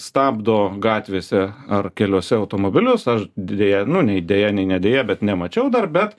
stabdo gatvėse ar keliuose automobilius aš deja nu nei deja nei ne deja bet nemačiau dar bet